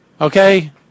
Okay